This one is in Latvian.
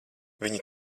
viņi